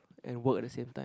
and work at the same time